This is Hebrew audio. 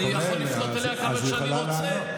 אני יכול לפנות כמה שאני רוצה.